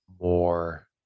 more